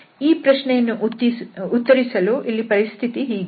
ಈ ಪ್ರಶ್ನೆಯನ್ನು ಉತ್ತರಿಸಲು ಇಲ್ಲಿ ಪರಿಸ್ಥಿತಿ ಹೀಗಿದೆ